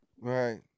Right